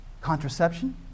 Contraception